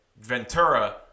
Ventura